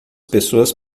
pessoas